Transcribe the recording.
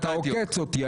אתה עוקץ אותי.